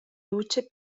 luce